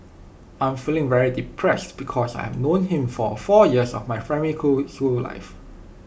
I'm feeling very depressed because I've known him for four years of my primary cool school life